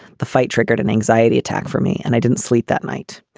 the fight triggered an anxiety attack for me, and i didn't sleep that night.